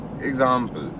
example